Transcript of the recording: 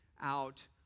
out